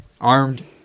armed